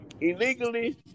illegally